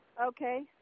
okay